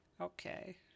Okay